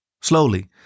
Slowly